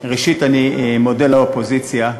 ראשית, אני מודה לאופוזיציה,